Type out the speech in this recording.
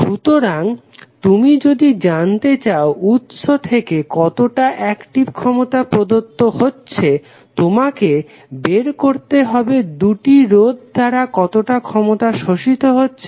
সুতরাং তুমি যদি জানতে চাও উৎস থেকে কতটা অ্যাকটিভ ক্ষমতা প্রদত্ত হচ্ছে তোমাকে বের করতে হবে দুটি রোধ দ্বারা কতটা ক্ষমতা শোষিত হচ্ছে